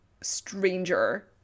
stranger